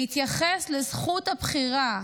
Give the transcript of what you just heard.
להתייחס לזכות הבחירה